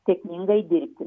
sėkmingai dirbti